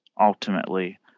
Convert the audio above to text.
ultimately